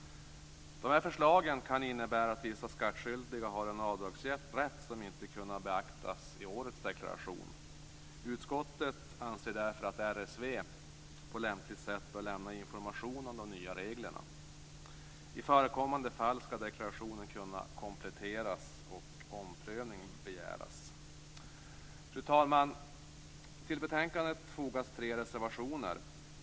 Dessa förslag kan innebära att vissa skattskyldiga har en avdragsrätt som inte kunnat beaktas i årets deklaration. Utskottet anser därför att RSV på lämpligt sätt bör lämna information om de nya reglerna. I förekommande fall skall deklarationen kunna kompletteras och omprövning begäras. Fru talman! Till betänkandet fogas tre reservationer.